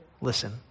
listen